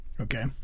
Okay